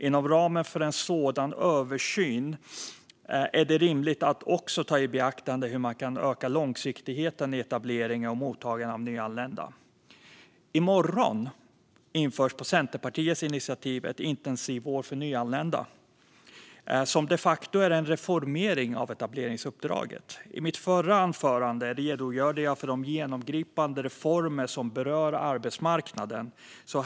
Inom ramen för en sådan översyn är det rimligt att också ta i beaktande hur man kan öka långsiktigheten i etableringen och mottagandet av nyanlända. I morgon införs på Centerpartiets initiativ ett intensivår för nyanlända, som de facto är en reformering av etableringsuppdraget. I mitt anförande i den förra debatten redogjorde jag för de genomgripande reformer som berör arbetsmarknaden.